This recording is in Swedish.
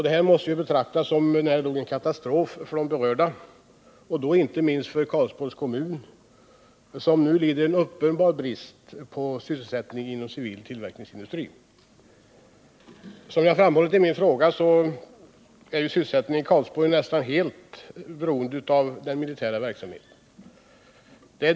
Detta måste Motala betraktas som nära nog en katastrof för de berörda, inte minst för Karlsborgs kommun som nu lider uppenbar brist på sysselsättning inom civil tillverkningsindustri. Som jag har framhållit i min fråga är sysselsättningen i Karlsborg nästan helt beroende av den militära verksamheten.